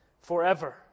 forever